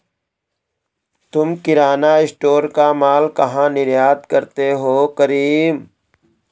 तुम किराना स्टोर का मॉल कहा निर्यात करते हो करीम?